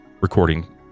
recording